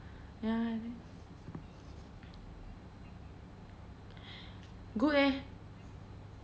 ya I thi~ good eh